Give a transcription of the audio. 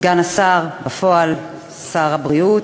סגן השר, בפועל שר הבריאות,